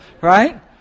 right